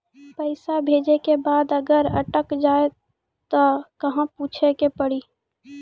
पैसा भेजै के बाद अगर अटक जाए ता कहां पूछे के पड़ी?